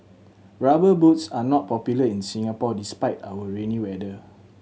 Rubber Boots are not popular in Singapore despite our rainy weather